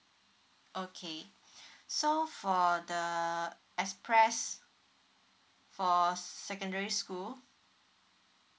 okay so for the express for secondary school